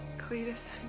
cletus,